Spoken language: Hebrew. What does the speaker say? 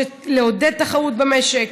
לעודד תחרות במשק,